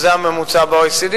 שזה הממוצע ב-OECD.